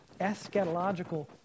eschatological